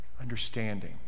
understanding